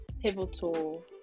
pivotal